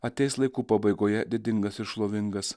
ateis laikų pabaigoje didingas ir šlovingas